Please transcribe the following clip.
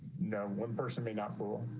no one person may not grow.